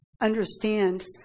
understand